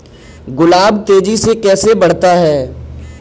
गुलाब तेजी से कैसे बढ़ता है?